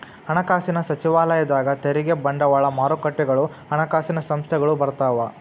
ಹಣಕಾಸಿನ ಸಚಿವಾಲಯದಾಗ ತೆರಿಗೆ ಬಂಡವಾಳ ಮಾರುಕಟ್ಟೆಗಳು ಹಣಕಾಸಿನ ಸಂಸ್ಥೆಗಳು ಬರ್ತಾವ